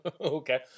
Okay